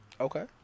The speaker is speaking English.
Okay